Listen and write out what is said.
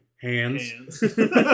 Hands